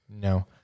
no